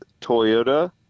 Toyota